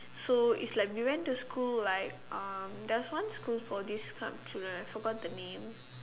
so it's like we went to school like um there was one school for this club to like I forgot the name